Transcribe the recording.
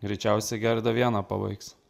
greičiausiai gerda viena pabaigs